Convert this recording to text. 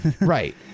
right